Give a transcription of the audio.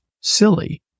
silly